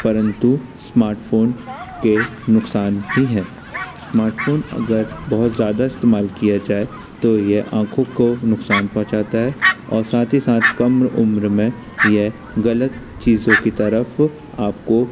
परन्तु स्मार्टफोन के नुकसान भी हैं स्मार्टफोन अगर बहुत ज़्यादा इस्तेमाल किया जाए तो ये आँखों को नुकसान पहुँचाता है और साथ ही साथ कम्र उम्र में यह गलत चीज़ों की तरफ आपको